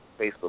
Facebook